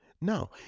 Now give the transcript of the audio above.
Now